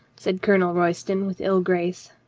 said colonel royston with ill grace.